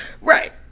Right